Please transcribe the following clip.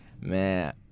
man